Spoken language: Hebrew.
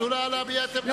אז תנו לה להביע את עמדתה.